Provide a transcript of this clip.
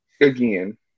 again